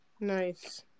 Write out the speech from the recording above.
Nice